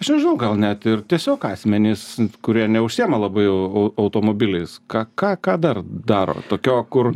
aš nežinau gal net ir tiesiog asmenys kurie neužsiima labai au au automobiliais ką ką ką dar daro tokio kur